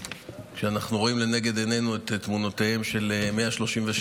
כשאנחנו רואים לנגד עינינו את תמונותיהם של 136